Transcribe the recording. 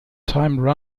time